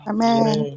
Amen